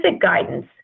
guidance